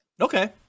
Okay